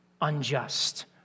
unjust